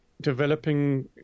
developing